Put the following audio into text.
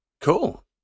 Cool